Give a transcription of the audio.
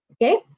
Okay